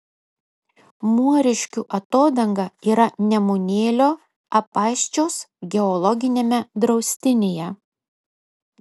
muoriškių atodanga yra nemunėlio apaščios geologiniame draustinyje